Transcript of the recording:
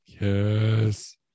yes